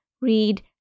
read